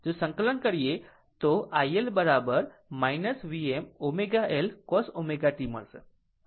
જો સંકલન હોય તો iL Vm ω L cos ω t મળશે